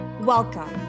Welcome